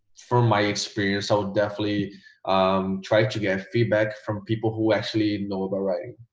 from my experience i'll definitely um try to get feedback from people who actually know about writing.